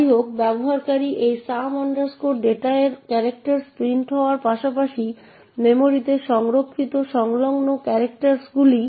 তাই মনে রাখবেন যে এই প্রোগ্রামের কোথাও গ্লোবাল ভেরিয়েবল s ব্যবহার করা হয়নি